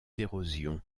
d’érosion